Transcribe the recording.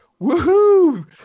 woohoo